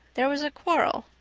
there was a quarrel.